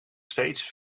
steeds